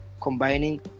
combining